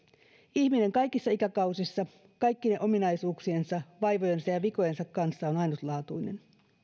ihminen kaikissa ikäkausissaan kaikkien ominaisuuksiensa vaivojensa ja vikojensa kanssa on ainutlaatuinen